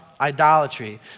idolatry